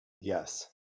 Yes